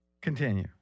Continue